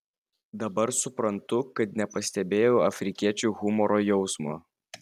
dabar suprantu kad nepastebėjau afrikiečių humoro jausmo